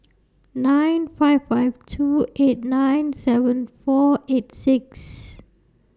nine five five two eight nine seven four eight six